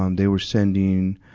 um they were sending,